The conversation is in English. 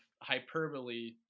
hyperbole